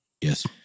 Yes